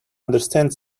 understand